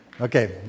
Okay